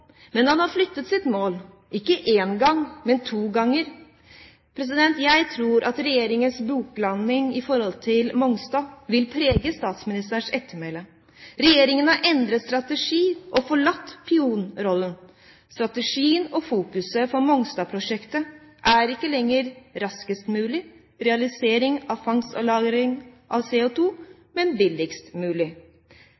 men han har flyttet målet sitt – ikke én gang, men to ganger. Jeg tror at regjeringens buklanding på Mongstad vil prege Stoltenbergs ettermæle. Regjeringen har endret strategi og forlatt pionerrollen. Strategien og fokuset for Mongstad-prosjektet er ikke lenger raskest mulig realisering av fangst og lagring av